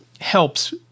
helps